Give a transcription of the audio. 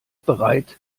bereit